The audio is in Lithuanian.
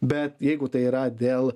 bet jeigu tai yra dėl